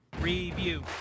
review